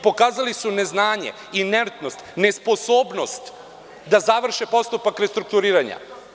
Pokazali su neznanje, inertnost i nesposobnost da završe postupak restrukturiranja.